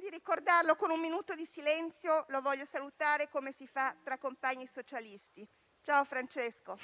di ricordarlo con un minuto di silenzio. Lo voglio salutare come si fa tra compagni socialisti: ciao, Francesco.